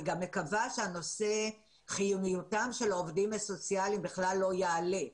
אני גם מקווה שהנושא של חיוניותם של העובדים הסוציאליים בכלל לא יעלה.